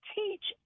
teach